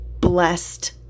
blessed